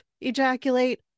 ejaculate